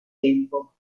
tempo